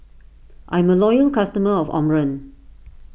I'm a loyal customer of Omron